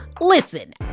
listen